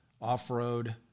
off-road